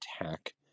attack